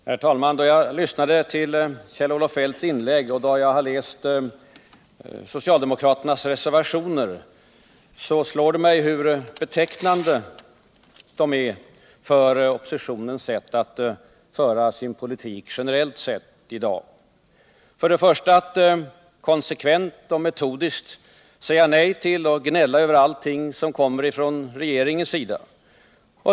Herr talman! Då jag lyssnade till Kjell-Olof Feldts inlägg och då jag har läst socialdemokraternas reservationer har det slagit mig, hur betecknande de är för oppositionens sätt att föra politik generellt sett i dag. För det första säger man konsekvent och metodiskt nej till och gnäller över allting som kommer från regeringshåll.